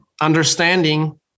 understanding